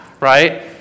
Right